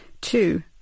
two